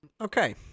Okay